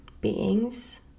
beings